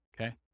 Okay